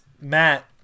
Matt